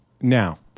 Now